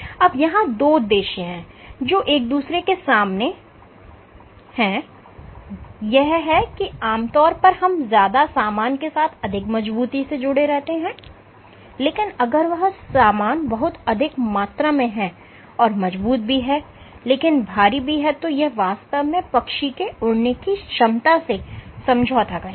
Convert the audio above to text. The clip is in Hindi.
अब यहां दो उद्देश्य हैं जो एक दूसरे के सामने हैं यह है कि आमतौर पर हम ज्यादा सामान के साथ अधिक मजबूती से जुड़े रहते हैं लेकिन अगर वह सामान बहुत अधिक मात्रा में है और मजबूत भी है लेकिन भारी भी है तो वह वास्तव में पक्षी के उड़ने की क्षमता से समझौता करेगा